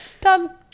Done